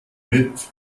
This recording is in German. mit